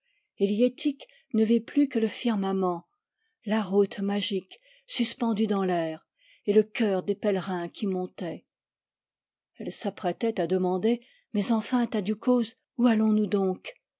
liettik ne vit plus que le firmament la route magique suspendue dans l'air et le chœur des pèlerins qui montaient elle s'apprêtait à demander mais enfin tadiou coz où allons-nous donc